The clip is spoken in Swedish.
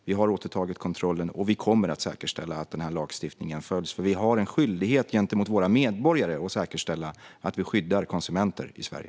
Vi har återtagit kontrollen, och vi kommer att säkerställa att denna lagstiftning följs. Vi har en skyldighet gentemot våra medborgare att säkerställa att vi skyddar konsumenter i Sverige.